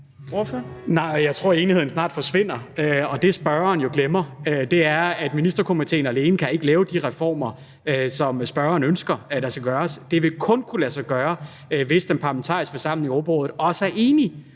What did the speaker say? jeg tror, at enigheden snart forsvinder. Det, som spørgeren jo glemmer, er, at Ministerkomitéen ikke alene kan lave de reformer, som spørgeren ønsker at der skal laves, men det vil kun kunne lade sig gøre, hvis den parlamentariske forsamling i Europarådet også er enig.